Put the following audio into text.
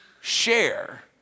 share